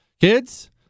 Kids